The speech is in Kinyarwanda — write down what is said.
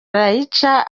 arayica